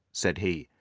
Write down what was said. said he,